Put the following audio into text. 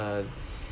uh